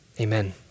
Amen